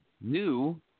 new